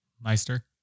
Meister